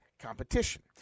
competition